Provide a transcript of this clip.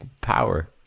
power